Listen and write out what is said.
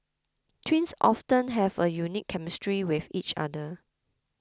twins often have a unique chemistry with each other